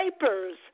papers